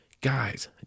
Guys